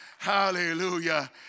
Hallelujah